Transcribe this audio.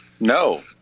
No